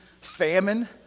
famine